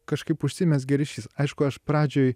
kažkaip užsimezgė ryšys aišku aš pradžioj